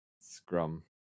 Scrum